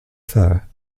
fir